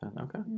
okay